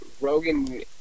Rogan